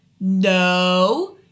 No